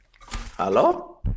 Hello